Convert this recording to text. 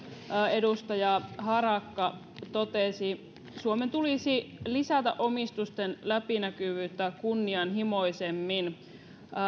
edustaja harakka totesi suomen tulisi lisätä omistusten läpinäkyvyyttä kunnianhimoisemmin